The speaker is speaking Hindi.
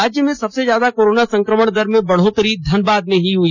राज्य में सबसे ज्यादा कोरोना संक्रमण दर में बढ़ोतरी धनबाद में हुई